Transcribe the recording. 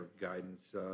guidance